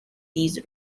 these